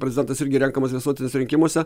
prezidentas irgi renkamas visuotiniuose rinkimuose